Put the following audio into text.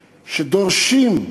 שדורשים,